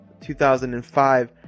2005